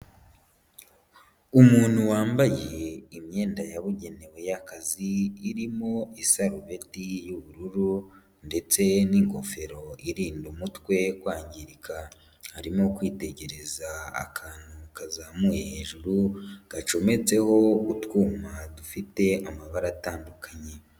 Umuntu wambaye imyenda yabugenewe y'akazi, irimo isarubeti y'ubururu ndetse n'ingofero irinda umutwe kwangirika. Arimo kwitegereza akantu kazamuye hejuru, gacometseho utwuma dufite amabara atandukanye.